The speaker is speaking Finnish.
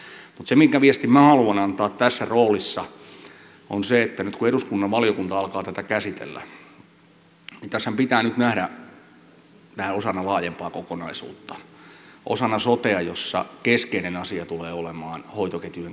mutta se viesti minkä minä haluan antaa tässä roolissa on se että nyt kun eduskunnan valiokunta alkaa tätä käsitellä niin tässähän pitää nyt nähdä tämä osana laajempaa kokonaisuutta osana sotea jossa keskeinen asia tulee olemaan hoitoketjujen kuntoon saattaminen